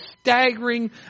staggering